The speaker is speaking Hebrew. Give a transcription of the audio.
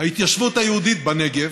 ההתיישבות היהודית בנגב